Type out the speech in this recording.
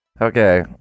Okay